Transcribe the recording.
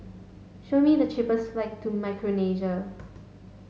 show me the cheapest flight to Micronesia